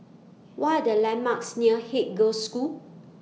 What Are The landmarks near Haig Girls' School